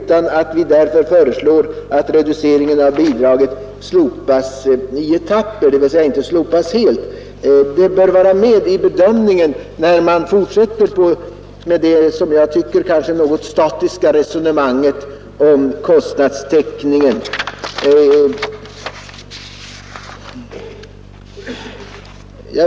Vi föreslår därför att reduceringen av bidraget slopas i etapper; Detta bör vara med i bedömningen när man fortsätter med det, som jag tycker, något statiska resonemanget om kostnadstäckningen.